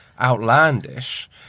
outlandish